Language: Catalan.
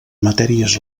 matèries